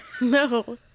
No